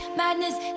madness